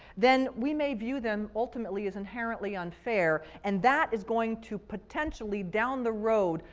then we may view them ultimately as inherently unfair, and that is going to potentially, down the road,